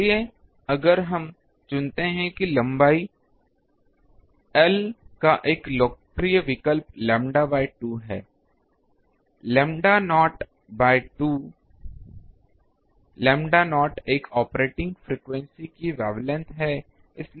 इसलिए अगर हम चुनते हैं कि लंबाई l का एक लोकप्रिय विकल्प लैम्ब्डा बाय 2 है l lambda naught by 2 lambda naught एक ऑपरेटिंग फ्रीक्वेंसी की वेवलेंथ है